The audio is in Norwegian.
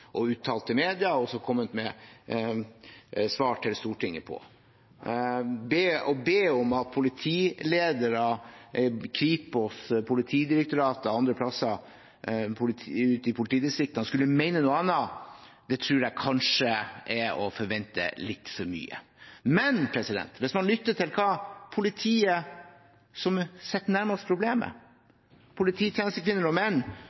og uttalt til media og også kommet med svar til Stortinget på. Å be om at politiledere i Kripos, Politidirektoratet og andre plasser ute i politidistriktene skulle mene noe annet, tror jeg kanskje er å forvente litt for mye. Men hvis man lytter til politiet som sitter nærmest problemet, hvis man spør polititjenestekvinner og